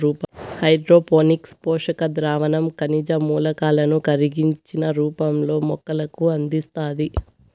hydroponics పోషక ద్రావణం ఖనిజ మూలకాలను కరిగించిన రూపంలో మొక్కలకు అందిస్తాది